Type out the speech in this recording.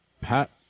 Pat